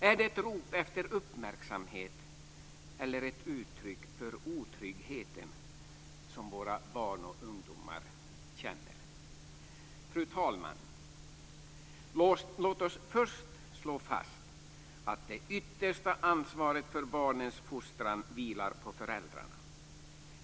Är det ett rop efter uppmärksamhet eller ett uttryck för en otrygghet som våra barn och ungdomar känner? Fru talman! Låt oss först slå fast att det yttersta ansvaret för barnens fostran vilar på föräldrarna.